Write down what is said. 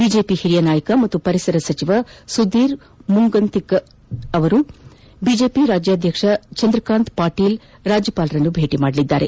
ಬಿಜೆಪಿಯ ಹಿರಿಯ ನಾಯಕ ಮತ್ತು ಪರಿಸರ ಸಚಿವ ಸುಧೀರ್ ಮುಂಗಂತಿವಾರ್ ಮತ್ತು ಬಿಜೆಪಿ ರಾಜ್ಯಾಧ್ಯಕ್ಷ ಚಂದ್ರಕಾಂತ್ ಪಾಟೀಲ್ ರಾಜ್ಯಪಾಲರನ್ನು ಭೇಟಿ ಮಾಡಲಿದ್ದಾರೆ